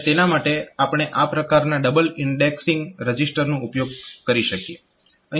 અને તેના માટે આપણે આ પ્રકારના ડબલ ઈન્ડેક્સીંગ રજીસ્ટરનો ઉપયોગ કરી શકીએ